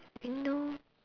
window